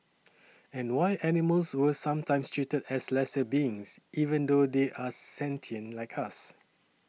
and why animals were sometimes treated as lesser beings even though they are sentient like us